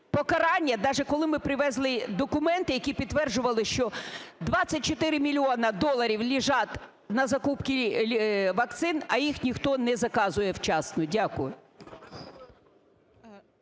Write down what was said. покарання, даже коли ми привезли документи, які підтверджували, що 24 мільйони доларів лежать на закупці вакцин, а їх ніхто не заказує вчасно. Дякую.